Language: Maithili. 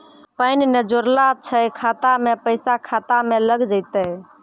पैन ने जोड़लऽ छै खाता मे पैसा खाता मे लग जयतै?